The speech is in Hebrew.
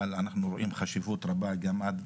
אבל אנחנו רואים חשיבות רבה גם את,